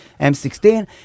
M16